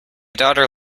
daughter